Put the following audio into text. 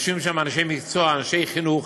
יושבים שם אנשי מקצוע, אנשי חינוך,